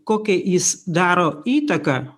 kokią jis daro įtaką